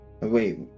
wait